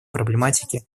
проблематике